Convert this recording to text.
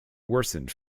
worsened